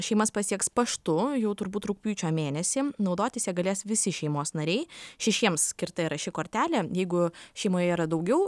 šeimas pasieks paštu jau turbūt rugpjūčio mėnesį naudotis ja galės visi šeimos nariai šešiems skirta yra ši kortelė jeigu šeimoje yra daugiau